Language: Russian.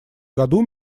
году